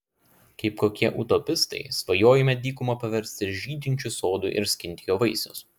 kaip kokie utopistai svajojome dykumą paversti žydinčiu sodu ir skinti jo vaisius